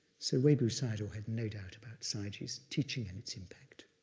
so webu sayadaw had no doubt about sayagyi's teaching and its impact.